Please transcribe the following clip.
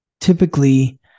typically